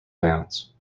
bands